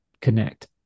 connect